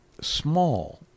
small